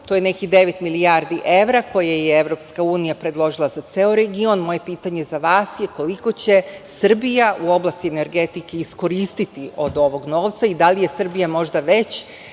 To je nekih devet milijardi evra koje je Evropska unija predložila za ceo region. Moje pitanje za vas je koliko će Srbija u oblasti energetike iskoristiti od ovog novca? Da li je Srbija već,